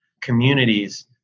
communities